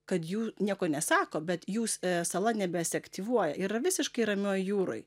kad jų nieko nesako bet jūs sala nebesiaktyvuoja yra visiškai ramioj jūroj